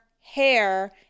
hair